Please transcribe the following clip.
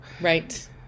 Right